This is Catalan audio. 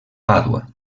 pàdua